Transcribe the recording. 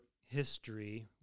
history